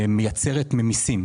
מייצרת ממסים.